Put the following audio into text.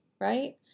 right